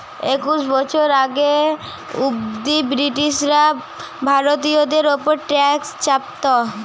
একশ বছর আগে অব্দি ব্রিটিশরা ভারতীয়দের উপর ট্যাক্স চাপতো